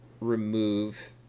remove